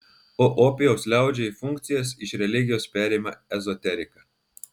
o opijaus liaudžiai funkcijas iš religijos perima ezoterika